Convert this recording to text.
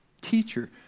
teacher